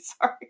sorry